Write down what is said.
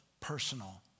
personal